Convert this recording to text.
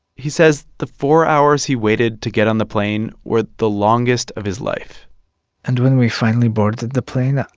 he says the four hours he waited to get on the plane were the longest of his life and when we finally boarded the the plane,